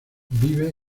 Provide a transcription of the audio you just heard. vive